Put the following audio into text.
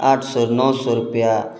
आठ सए नओ सए रुपैआ